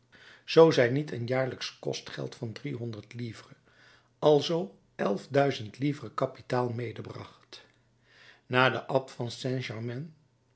zoo zij niet een jaarlijksch kostgeld van driehonderd livres alzoo elf duizend livres kapitaal medebracht na den abt van